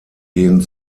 gehen